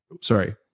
sorry